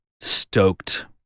Stoked